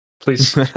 please